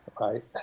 right